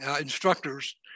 instructors